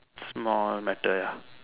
small matter ya